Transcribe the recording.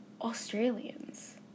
Australians